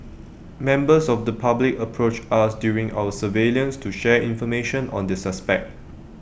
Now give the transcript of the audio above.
members of the public approached us during our surveillance to share information on the suspect